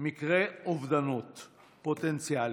מקרי אובדנות פוטנציאליים.